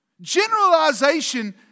Generalization